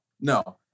no